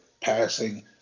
passing